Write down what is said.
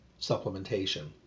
supplementation